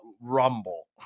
rumble